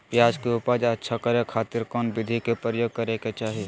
प्याज के उपज अच्छा करे खातिर कौन विधि के प्रयोग करे के चाही?